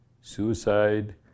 suicide